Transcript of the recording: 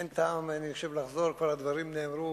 אין טעם לחזור, הדברים נאמרו.